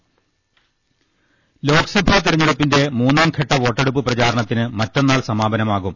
ൾ ൽ ൾ ലോക്സഭാ തെരഞ്ഞെടുപ്പിന്റെ മൂന്നാം ഘട്ട വോട്ടെടുപ്പ് പ്രചാ രണത്തിന് മറ്റന്നാൾ സമാപനമാകും